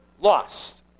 lost